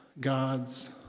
God's